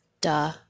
Duh